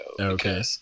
Okay